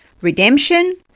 redemption